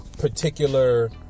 particular